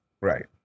Right